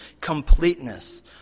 completeness